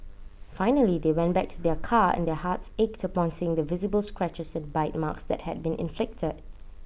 finally they went back to their car and their hearts ached upon seeing the visible scratches and bite marks that had been inflicted